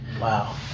wow